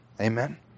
Amen